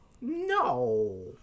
no